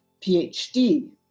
PhD